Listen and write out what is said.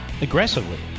aggressively